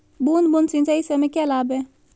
बूंद बूंद सिंचाई से हमें क्या लाभ है?